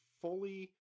fully